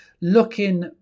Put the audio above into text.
looking